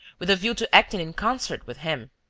with a view to acting in concert with him.